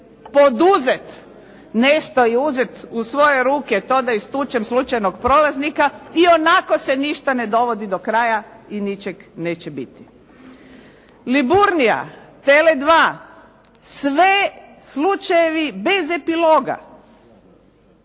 poduzet nešto i uzet u svoje ruke to da istučem slučajnog prolaznika, iako se ništa ne dovodi do kraja i ničeg neće biti. Liburnia, Tele2, sve slučajevi bez epiloga.